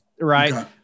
right